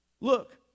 Look